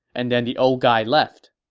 and then the old guy left